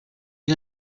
you